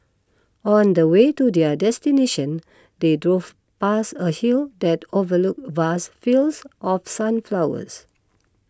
on the way to their destination they drove past a hill that overlooked vast fields of sunflowers